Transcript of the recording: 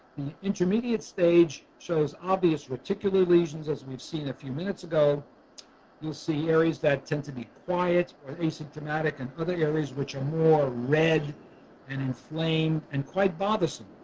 intermediate stage shows obvious particular varifications as we've seen a few minutes ago we'll see areas that tend to be quite asymptomatic and other areas which are more red and inflamed and quite bothersome